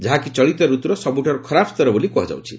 ଯାହାକି ଚଳିତ ରତୁର ସବୁଠାରୁ ଖରାପ ସ୍ତର ବୋଲି କୁହାଯାଉଛି